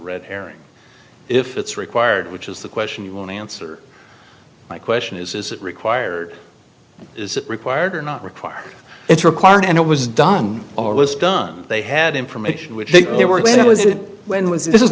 red herring if it's required which is the question you answer my question is is it required is it required or not required it's required and it was done or was done they had information which there were no was it when was this is